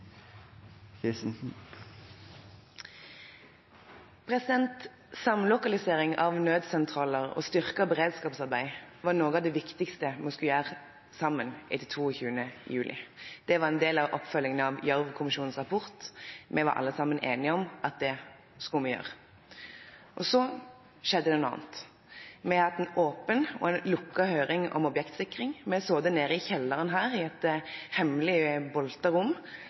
beredskapsarbeid var noe av det viktigste vi skulle gjøre sammen etter 22. juli. Det var en del av oppfølgingen av Gjørv-kommisjonens rapport. Vi var alle enige om at det skulle vi gjøre. Så skjedde det noe annet. Vi har hatt en åpen og en lukket høring om objektsikring. Vi har sittet nede i kjelleren her, i et hemmelig